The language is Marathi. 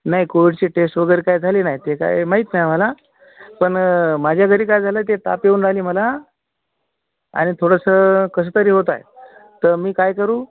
नाही कोविडची टेस् वगैरे काय झाली नाही ते काय माहीत नाही आम्हाला पण माझ्या घरी का झालं ते ताप येऊन राहिली मला आणि थोडंसं कसंतरी होत आहे तर मी काय करू